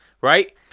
Right